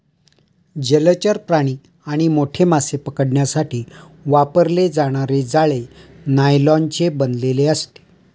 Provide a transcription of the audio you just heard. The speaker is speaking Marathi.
जलचर प्राणी आणि मासे पकडण्यासाठी वापरले जाणारे जाळे नायलॉनचे बनलेले असते